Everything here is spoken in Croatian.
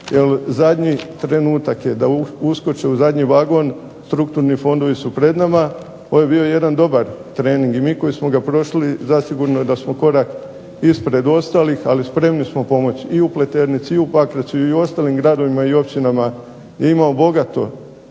jer zadnji trenutak je da uskoče u zadnji vagon. Strukturni fondovi su pred nama. Ovo je bio jedan dobar trening i mi koji smo ga prošli zasigurno je da smo korak ispred ostalih, ali spremni smo pomoći i u Pleternici i u Pakracu i u ostalim gradovima i općinama. I imamo bogato